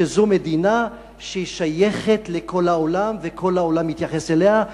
שזו מדינה ששייכת לכל העולם וכל העולם מתייחס אליה.